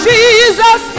Jesus